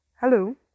Hello